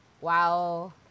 Wow